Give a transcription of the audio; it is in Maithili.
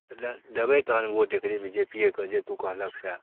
देबै तहन वोट एकरे बी जे पे के जे तू कहलहक सएह